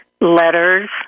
letters